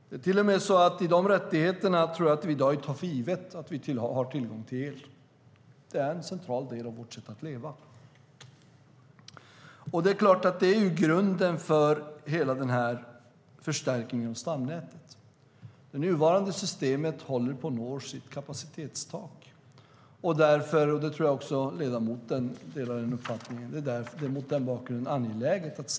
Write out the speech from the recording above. Av rättigheterna tror jag till och med att vi i dag tar för givet att vi har tillgång till el. Det är en central del i vårt sätt att leva. Det är grunden för hela förstärkningen av stamnätet. Det nuvarande systemet håller på att nå sitt kapacitetstak. Mot den bakgrunden är det angeläget att stärka stamnätet. Jag tror att ledamoten delar den uppfattningen.